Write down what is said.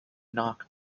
knock